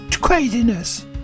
craziness